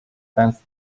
sense